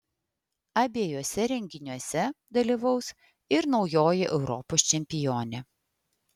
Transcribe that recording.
abiejuose renginiuose dalyvaus ir naujoji europos čempionė